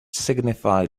signified